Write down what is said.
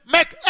Make